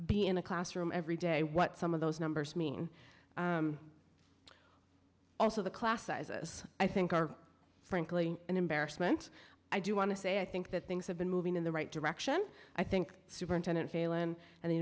be in the classroom every day what some of those numbers mean also the class sizes i think are frankly an embarrassment i do want to say i think that things have been moving in the right direction i think superintendent failon and the